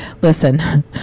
listen